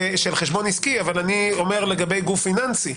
אבל אני אומר לגבי גוף פיננסי.